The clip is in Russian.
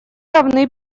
равны